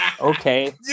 okay